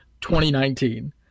2019